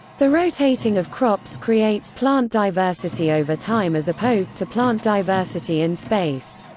the rotating of crops creates plant diversity over time as opposed to plant diversity in space.